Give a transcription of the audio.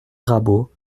rabault